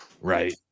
right